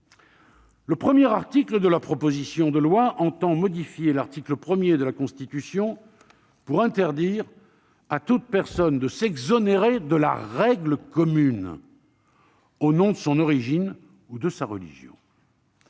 Le premier article de la proposition de loi tend à modifier l'article 1 de la Constitution pour interdire à toute personne de s'exonérer de la règle commune au nom de son origine ou de sa religion.